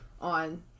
on